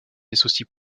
associent